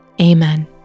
Amen